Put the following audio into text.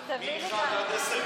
חבר הכנסת אמסלם,